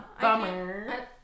Bummer